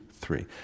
three